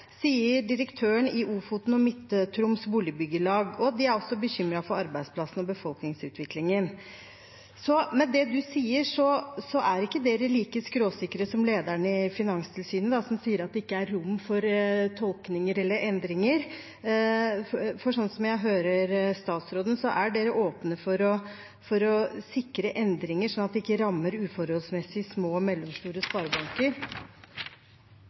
sier direktøren i Ofoten Midt-Troms boligbyggelag. De er også bekymret for arbeidsplassene og befolkningsutviklingen. Med det statsråden sier, er ikke regjeringen like skråsikker som lederen i Finanstilsynet, som sier at det ikke er rom for tolkninger eller endringer. Slik jeg hører statsråden, er hun åpen for å sikre endringer, slik at det ikke uforholdsmessig rammer små og mellomstore sparebanker.